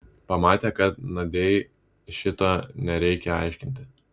pamatė kad nadiai šito nereikia aiškinti